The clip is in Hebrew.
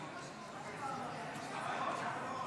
6, הוראת שעה,